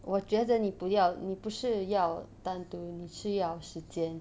我觉得你不要你不是要单独你是要时间